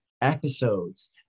episodes